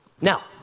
Now